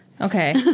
Okay